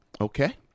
okay